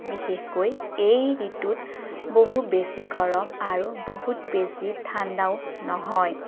বিশেষকৈ এই ঋতুত বহু বেছি গৰম আৰু বহুত বেছি ঠাণ্ডাও নহয়